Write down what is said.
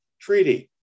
treaty